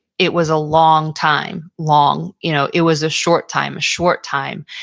it was a long time. long. you know it was a short time. a short time.